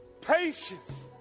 patience